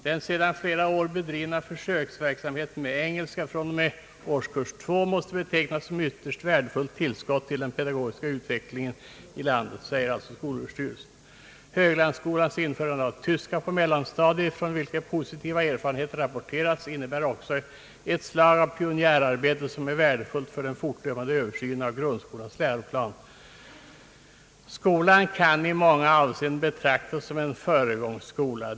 Den sedan flera år bedrivna försöksverksamheten med engelska fr.o.m. årskurs 2 måste betecknas som ett ytterst värdefullt tillskott till det pedagogiska utvecklingsarbetet i landet, fortsätter skolöverstyrelsen. Höglandsskolans införande av tyska på mellanstadiet, från vilket positiva erfarenheter rapporterats, innebär också det slag av pionjärarbete som är värdefullt vid den fortlöpande översynen av grundskolans läroplan. Skolan kan i många avseenden betecknas som en föregångsskola.